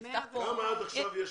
כמה עד עכשיו יש?